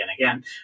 again